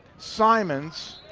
simons.